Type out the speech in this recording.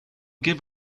give